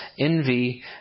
envy